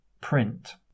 print